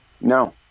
no